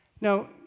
Now